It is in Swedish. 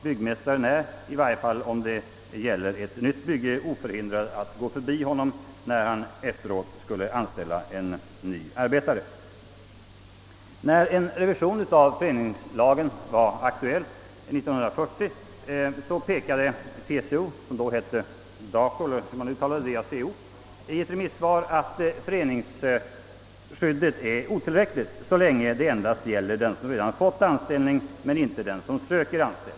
Byggmästaren är -— i varje fall om det gäller ett nytt bygge — oförhindrad att gå förbi honom även om han efteråt skulle anställa nya arbetare.» När en revision av föreningsrättslagen var aktuell 1940 påpekade TCO, som då hette DACO, i ett remissvar att föreningsskyddet är otillräckligt så länge det endast gäller den som redan fått anställning men inte den som söker anställning.